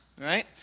right